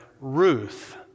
Ruth